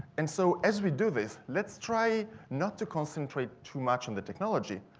and so as we do this, let's try not to concentrate too much on the technology,